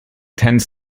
tends